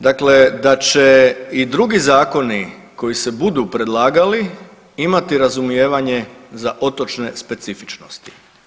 Dakle, da će i drugi zakoni koji se budu predlagali imati razumijevanje za otočne specifičnosti.